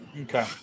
Okay